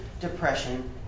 depression